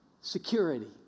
security